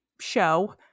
show